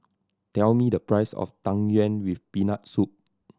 tell me the price of Tang Yuen with Peanut Soup